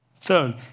Third